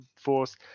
Force